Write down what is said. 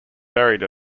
buried